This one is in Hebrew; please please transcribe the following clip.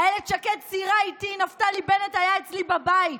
אילת שקד סיירה איתי, נפתלי בנט היה אצלי בבית.